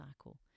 cycle